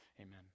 amen